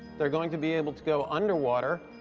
they're going to be able to go underwater,